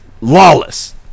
Lawless